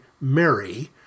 Mary